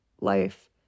life